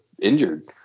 injured